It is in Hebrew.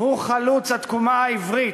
הוא חלוץ התקומה העברית,